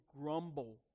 grumble